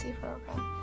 program